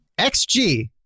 xg